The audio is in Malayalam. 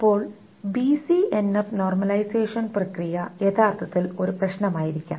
ഇപ്പോൾ ബിസിഎൻഎഫ് നോർമലൈസേഷൻ പ്രക്രിയ Normalization യഥാർത്ഥത്തിൽ ഒരു പ്രശ്നമായിരിക്കാം